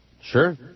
Sure